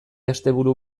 asteburu